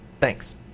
Thanks